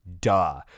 duh